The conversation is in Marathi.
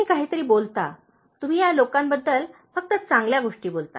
तुम्ही काहीतरी बोलता तुम्ही या लोकांबद्दल फक्त चांगल्या गोष्टी बोलता